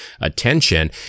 attention